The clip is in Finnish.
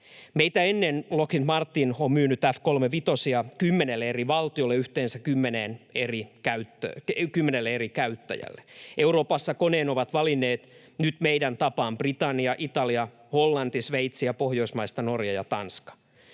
Meitä ennen Lockheed Martin on myynyt F-35:iä kymmenelle eri valtiolle ja yhteensä kymmenelle eri käyttäjälle. Euroopassa koneen ovat valinneet nyt meidän tapaan Britannia, Italia, Hollanti, Sveitsi ja Pohjoismaista Norja ja Tanska.